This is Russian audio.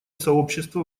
сообщества